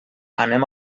anem